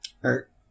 Hurt